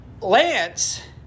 Lance